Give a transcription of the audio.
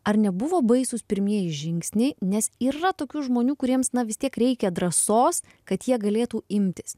ar nebuvo baisūs pirmieji žingsniai nes yra tokių žmonių kuriems na vis tiek reikia drąsos kad jie galėtų imtis